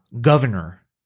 governor